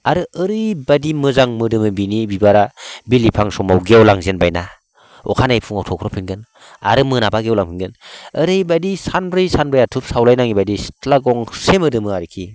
आरो ओरैबायदि मोजां मोदोमो बेनि बिबारा बिलिफां समाव गेवलांजेनबायना अखानायै फुङाव थख्र'फिनगोन आरो मोनाबा गेवलांफिनगोन ओरैबायदि सानब्रै सानबाया धुप सावलायनाङि बायदि सिथ्ला गंसे मोदोमो आरोकि